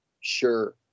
Sure